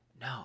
No